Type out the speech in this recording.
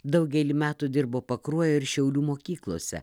daugelį metų dirbo pakruojo ir šiaulių mokyklose